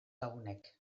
lagunek